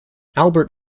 albert